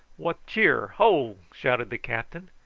what cheer, ho! shouted the captain,